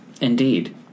Indeed